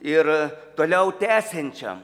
ir toliau tęsiančiam